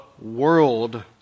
world